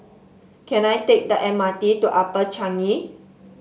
can I take the M R T to Upper Changi